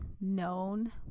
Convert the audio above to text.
known